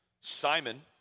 Simon